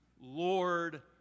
Lord